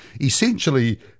essentially